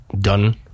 done